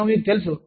మేము మీకు తెలుసు